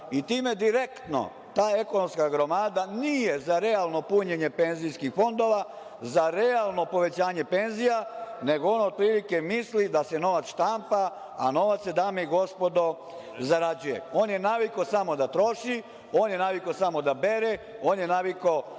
i time direktno ta ekonomska gromada nije za realno punjenje penzijskih fondova, za realno povećanje penzija, nego on otprilike misli da se novac štampa, a novac se, dame i gospodo, zarađuje. On je navikao samo da troši, on je navikao samo da bere, on je navikao